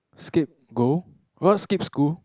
skip go you all skip school